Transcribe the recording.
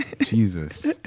Jesus